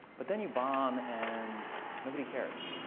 but then you bomb and nobody cares.